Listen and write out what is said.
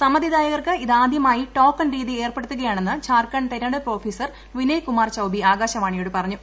സമ്മതിദായകർക്ക് ഇതാദൃമായി ടോക്കൺ രീതി ഏർപ്പെടുത്തുകയാണെന്ന് ത്ധാർഖണ്ഡ് തെരെഞ്ഞെടുപ്പ് ഓഫീസർ വിനയ്കുമാർ ചൌബി ആകാശവാണിയോട് പറഞ്ഞു